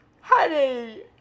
Honey